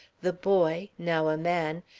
the boy, now a man,